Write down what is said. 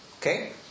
Okay